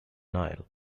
nile